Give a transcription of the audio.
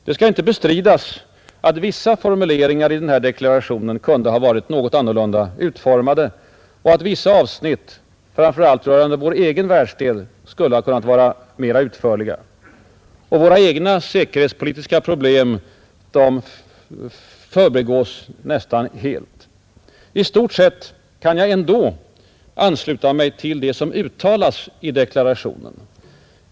Det skall inte bestridas att vissa formuleringar i deklarationen kunde ha varit något annorlunda utformade och att vissa avsnitt framför allt rörande vår egen världsdel kunde ha varit mer utförliga; våra egna säkerhetspolitiska problem förbigås nästan helt. I stort sett kan jag ändå ansluta mig till vad som uttalas i deklarationen.